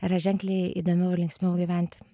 yra ženkliai įdomiau ir linksmiau gyventi